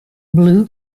blue